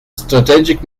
strategic